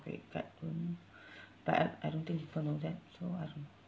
credit card bill but I I don't think people know that so I don't know